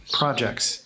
projects